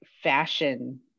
fashion